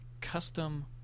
custom